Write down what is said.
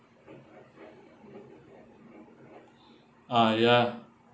uh ya